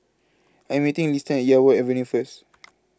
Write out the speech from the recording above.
I Am meeting Liston At Yarwood Avenue First